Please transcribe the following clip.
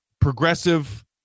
progressive